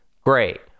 great